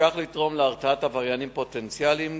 ובכך לתרום להרתעת עבריינים פוטנציאליים.